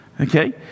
Okay